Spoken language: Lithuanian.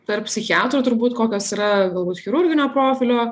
tarp psichiatrų turbūt kokios yra galbūt chirurginio profilio